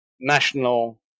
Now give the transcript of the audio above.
national